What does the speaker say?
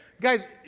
Guys